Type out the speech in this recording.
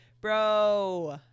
bro